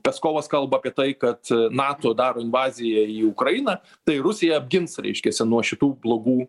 peskovas kalba apie tai kad nato daro invaziją į ukrainą tai rusija apgins reiškiasi nuo šitų blogų